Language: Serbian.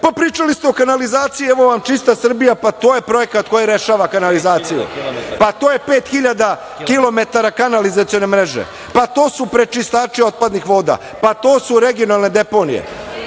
pričali ste o kanalizaciji, evo vam čista Srbija, pa to je projekat koji rešava kanalizaciju. Pa, to je pet hiljada kilometar kanalizacione mreže, pa to su prečišćavači otpadnih voda, pa to su regionalne deponije.